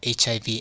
HIV